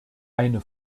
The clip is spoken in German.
eine